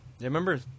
remember